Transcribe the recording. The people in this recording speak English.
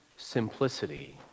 simplicity